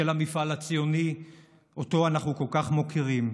של המפעל הציוני שאותו אנחנו כל כך מוקירים.